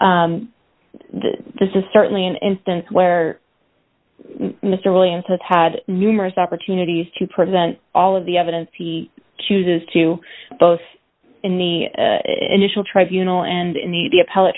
do this is certainly an instance where mr williams has had numerous opportunities to present all of the evidence he chooses to both in the initial tribunal and